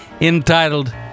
entitled